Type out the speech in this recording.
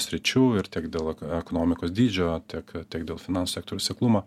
sričių ir tiek dėl ekonomikos dydžio tiek tiek dėl finansų sektoriaus seklumo